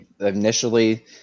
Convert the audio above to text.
initially